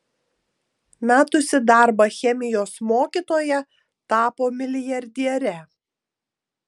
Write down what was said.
metusi darbą chemijos mokytoja tapo milijardiere